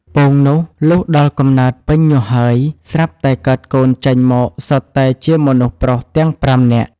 ពងនោះ លុះដល់កំណើតពេលញាស់ហើយ ស្រាប់តែកើតកូនចេញមក សុទ្ធតែជាមនុស្សប្រុសទាំង ៥ នាក់។